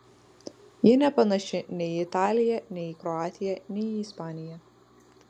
ji nepanaši nei į italiją nei į kroatiją nei į ispaniją